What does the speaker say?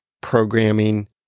programming